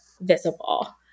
visible